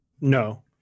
No